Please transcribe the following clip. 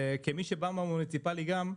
כמי שבא מהמוניציפאלי גם,